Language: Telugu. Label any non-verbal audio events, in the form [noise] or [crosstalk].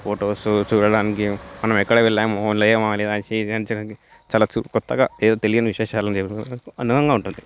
ఫొటోస్ చూడడానికి మనం ఎక్కడ వెళ్ళాము లేము [unintelligible] చాలా కొత్తగా ఏదో తెలియని విశేషాలు అందంగా ఉంటుంది